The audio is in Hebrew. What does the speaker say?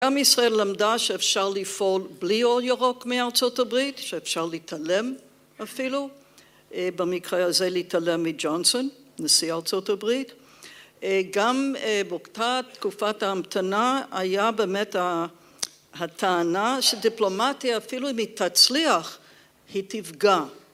גם ישראל למדה שאפשר לפעול בלי אור ירוק מארה״ב, שאפשר להתעלם, אפילו, במקרה הזה, להתעלם מג'ונסון, נשיא ארה״ב. גם באותה תקופת ההמתנה היה באמת הטענה שדיפלומטיה אפילו אם היא תצליח, היא תפגע.